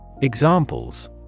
Examples